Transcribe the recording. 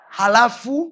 halafu